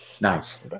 nice